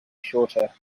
shorter